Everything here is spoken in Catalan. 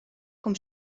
com